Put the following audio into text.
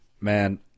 Man